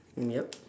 yup